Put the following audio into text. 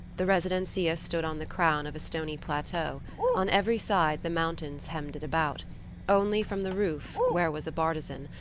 the residencia stood on the crown of a stony plateau on every side the mountains hemmed it about only from the roof, where was a bartizan,